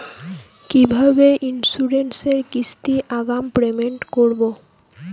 কিভাবে ইন্সুরেন্স এর কিস্তি আগাম পেমেন্ট করবো?